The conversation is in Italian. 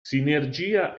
sinergia